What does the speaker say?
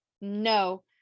No